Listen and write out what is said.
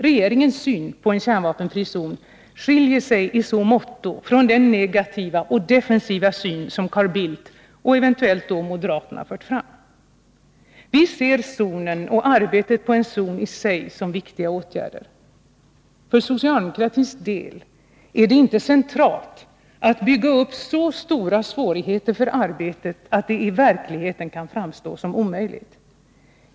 Regeringens syn på en kärnvapenfri zon skiljer sig i så måtto från den negativa och defensiva syn som Carl Bildt och eventuellt moderaterna fört fram. Vi ser zonen och arbetet på en zon i sig som viktiga åtgärder. För socialdemokratins del är det inte centralt att bygga upp så stora svårigheter för arbetet att det i verkligheten kan framstå som omöjligt.